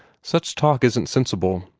such talk isn't sensible,